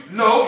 no